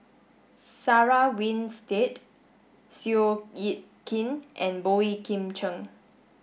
Sarah Winstedt Seow Yit Kin and Boey Kim Cheng